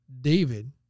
David